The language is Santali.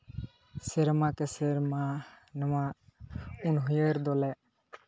ᱥᱮᱨᱢᱟ ᱠᱮ ᱥᱮᱨᱢᱟ ᱱᱚᱣᱟ ᱩᱭᱦᱟᱹᱨ ᱫᱚᱞᱮ